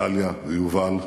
דליה ויובל ורחל,